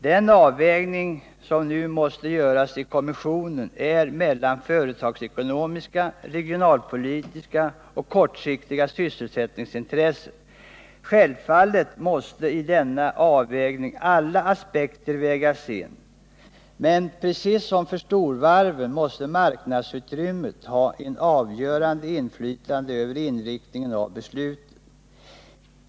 Den avvägning som nu måste göras i kommissionen är den mellan företagsekonomiska, regionalpolitiska och kortsiktiga sysselsättningsintressen. Självfallet måste i denna avvägning alla aspekter vägas in, men precis som för storvarven måste marknadsutrymmet ha ett avgörande inflytande över inriktningen av besluten.